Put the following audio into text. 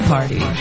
Party